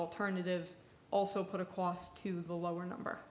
alternatives also put a cost to the lower number